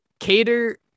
Cater